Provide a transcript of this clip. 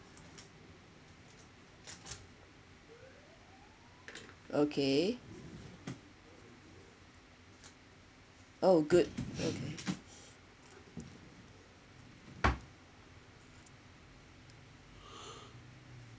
okay oh good okay